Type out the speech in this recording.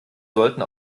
sollten